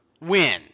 win